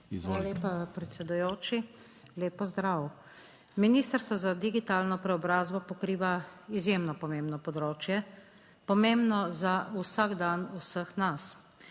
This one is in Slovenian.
Hvala lepa predsedujoči, lep pozdrav. Ministrstvo za digitalno preobrazbo pokriva izjemno pomembno področje, pomembno za vsak dan vseh nas.